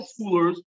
schoolers